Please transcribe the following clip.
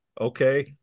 okay